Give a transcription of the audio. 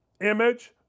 image